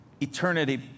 Eternity